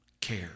care